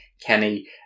Kenny